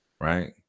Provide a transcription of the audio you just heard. right